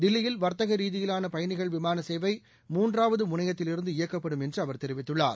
தில்லியில் வர்த்தகரீதியிலானபயணிகள் விமானசேவை மூன்றாவதுமுனையத்தில் இருந்து இயக்கப்படும் என்றுஅவர் தெரிவித்துள்ளார்